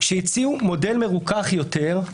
שהציעו מודל מרוכך יותר,